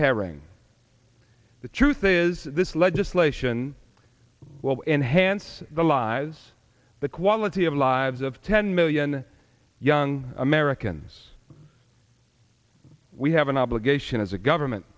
herring the truth is this legislation will enhance the lives the quality of lives of ten million young americans we have an obligation as a government